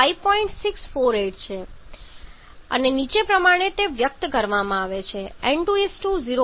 648 ની બરાબર છે અને નીચે પ્રમાણે વ્યક્ત કરવામાં આવે છે N2 0